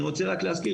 הפעלנו